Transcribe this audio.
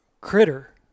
critter